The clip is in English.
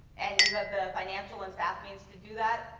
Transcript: and you have the financial and staff means to do that,